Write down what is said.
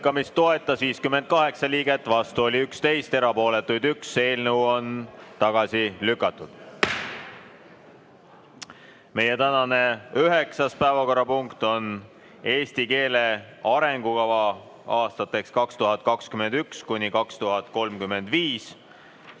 Tagasilükkamist toetas 58 liiget, vastu oli 11, erapooletuid 1. Eelnõu on tagasi lükatud. Meie tänane üheksas päevakorrapunkt on Eesti keele arengukava aastateks 2021–2035.